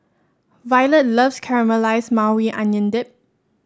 Violet loves Caramelize Maui Onion Dip